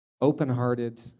open-hearted